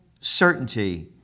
certainty